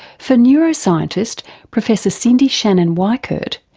for neuroscientist professor cyndi shannon weickert,